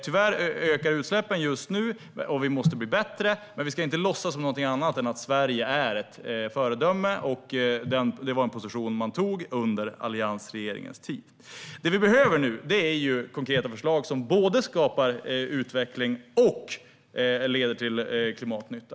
Tyvärr ökar utsläppen just nu, och vi måste bli bättre. Men vi ska inte låtsas som någonting annat än att Sverige är ett föredöme och att detta var en position man intog under alliansregeringens tid. Det vi behöver nu är konkreta förslag som både skapar utveckling och leder till klimatnytta.